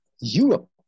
Europe